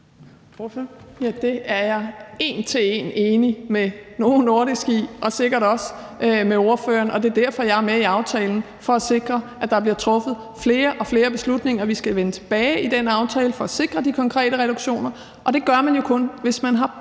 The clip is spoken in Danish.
Det er jeg en til en enig med Novo Nordisk og sikkert også ordføreren i, og det er derfor, jeg er med i aftalen – altså for at sikre, at der bliver truffet flere og flere beslutninger. Vi skal vende tilbage til den aftale for at sikre de konkrete reduktioner, og det kan man jo kun, hvis man har